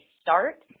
start